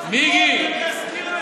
מיקי.